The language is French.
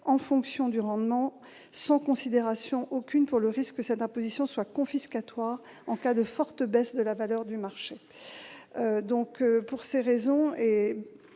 en fonction du rendement, sans considération aucune pour le risque que cette imposition soit confiscatoire en cas de forte baisse de la valeur du marché.